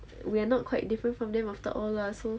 we're not quite different from them after all lah so